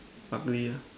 ugly ah